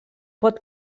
pot